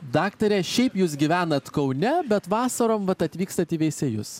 daktarė šiaip jūs gyvenat kaune bet vasarom vat atvykstat į veisiejus